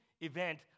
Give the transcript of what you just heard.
event